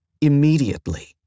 immediately